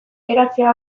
geratzea